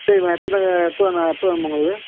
சரிம்மா எத்தனை எப்போ வேணும்மா எப்போ வேணும்மா உங்களுக்கு